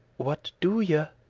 what do ye,